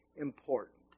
important